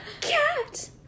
Cat